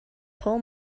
pull